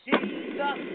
Jesus